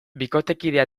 bikotekidea